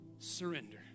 Surrender